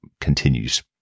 continues